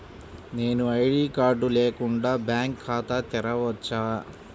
నేను ID card లేకుండా bank ఖాతా తెరవచ్చా?